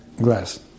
glass